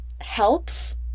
helps